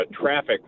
traffic